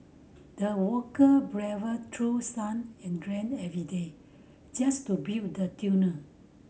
the worker braved through sun and rain every day just to build the tunnel